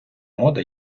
мода